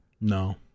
No